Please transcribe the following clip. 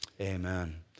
amen